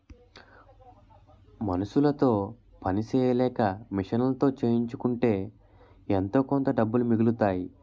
మనుసులతో పని సెయ్యలేక మిషన్లతో చేయించుకుంటే ఎంతోకొంత డబ్బులు మిగులుతాయి